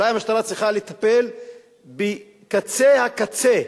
אולי המשטרה צריכה לטפל בקצה הקצה